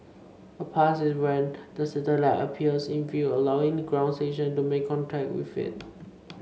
a pass is when the satellite appears in view allowing the ground station to make contact with it